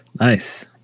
Nice